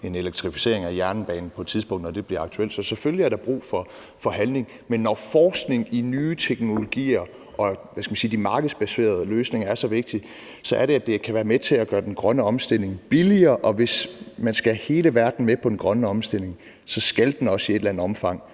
en elektrificering af jernbanen, når det på et tidspunkt bliver aktuelt – så selvfølgelig er der brug for handling. Men når forskning i nye teknologier og, hvad skal man sige, de markedsbaserede løsninger er så vigtige, er det, fordi det kan være med til at gøre den grønne omstilling billigere. Og hvis man skal have hele verden med på den grønne omstilling, skal den også i et eller andet omfang